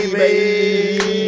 baby